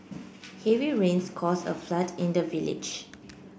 heavy rains caused a flood in the village